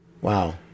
Wow